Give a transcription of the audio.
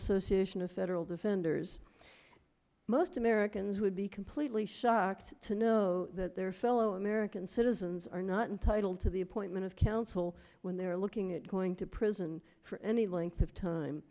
association of federal defenders most americans would be completely shocked to know that their fellow american citizens are not entitled to the appointment of counsel when they're looking at going to prison for any length of time